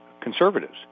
conservatives